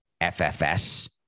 FFS